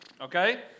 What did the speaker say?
okay